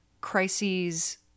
crises